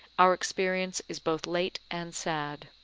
our experience is both late and sad.